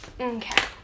okay